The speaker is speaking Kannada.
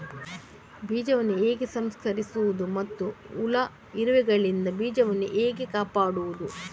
ಬೀಜವನ್ನು ಹೇಗೆ ಸಂಸ್ಕರಿಸುವುದು ಮತ್ತು ಹುಳ, ಇರುವೆಗಳಿಂದ ಬೀಜವನ್ನು ಹೇಗೆ ಕಾಪಾಡುವುದು?